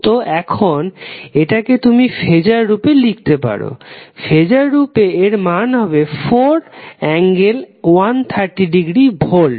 তো এখন এটাকে তুমি ফেজার রূপে লিখতে পারো ফেজার রূপে এর মান হবে 4∠130 ডিগ্রী ভোল্ট